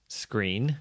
screen